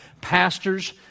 pastors